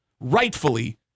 rightfully